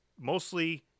Mostly